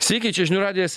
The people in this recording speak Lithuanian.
sveiki čia žinių radijas